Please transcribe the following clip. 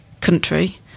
country